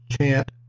chant